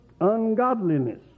ungodliness